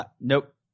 Nope